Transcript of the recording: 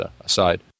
aside